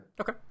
okay